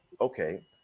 Okay